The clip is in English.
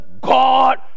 God